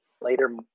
later